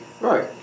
right